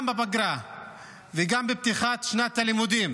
גם בפגרה וגם בפתיחת שנת הלימודים